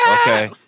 Okay